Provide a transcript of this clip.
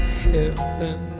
heaven